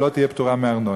אבל לא תהיה פטורה מארנונה.